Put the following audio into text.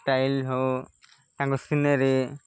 style ହଉ ତାଙ୍କୁ scenery